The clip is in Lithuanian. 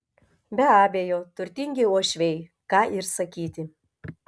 be abejo turtingi uošviai ką ir sakyti